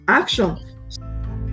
action